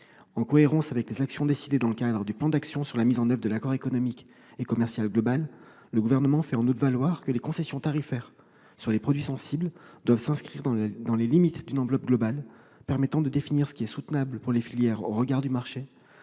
En cohérence avec les actions décidées dans le cadre du plan d'action sur la mise en oeuvre de l'accord économique et commercial global, le Gouvernement fait en outre valoir que les concessions tarifaires sur les produits sensibles doivent s'inscrire dans les limites d'une enveloppe globale permettant de définir ce qui est soutenable pour les filières au regard du marché,